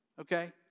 Okay